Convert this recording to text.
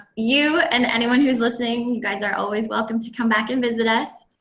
you and anyone who is listening, you guys are always welcome to come back and visit us.